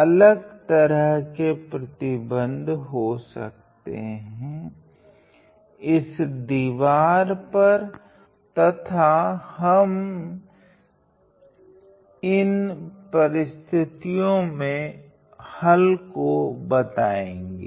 अलग तरह के प्रतिबंध हो सकते हैं इस दीवार पर तथा हम इन परिस्थितियो मे हल हो बताएगे